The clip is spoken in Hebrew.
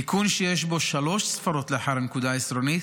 תיקון שיש בו שלוש ספרות לאחר הנקודה העשרונית